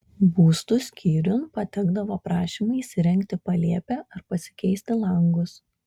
būstų skyriun patekdavo prašymai įsirengti palėpę ar pasikeisti langus